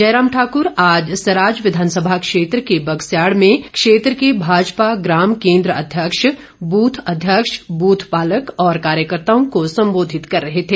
जयराम ठाक्र आज सराज विधानसभा क्षेत्र के बगसयाड़ में क्षेत्र के भाजपा ग्रम केंद्र अध्यक्ष बूथ अध्यक्ष बूथ पालक और कार्यकर्ताओं को सम्बोधित कर रहे थे